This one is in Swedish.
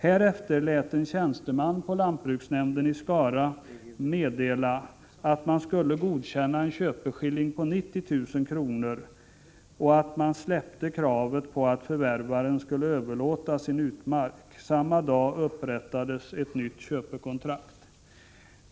Härefter lät en tjänsteman på lantbruksnämnden i Skara meddela att man skulle godkänna en köpesumma på 90 000 kr. och att man släppte kravet på att förvärvaren skulle överlåta sin utmark. Samma dag upprättades ett nytt köpekontrakt.